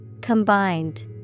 Combined